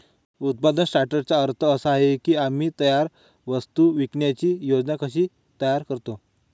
उत्पादन सॉर्टर्सचा अर्थ असा आहे की आम्ही तयार वस्तू विकण्याची योजना कशी तयार करतो